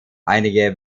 einige